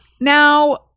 now